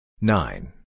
Nine